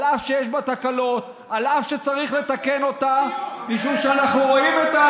אף שיש בה תקלות,